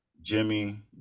Jimmy